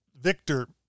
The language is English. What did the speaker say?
Victor